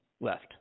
left